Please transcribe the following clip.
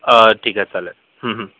अ ठिक आहे चालेल